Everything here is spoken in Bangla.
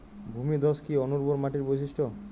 ভূমিধস কি অনুর্বর মাটির বৈশিষ্ট্য?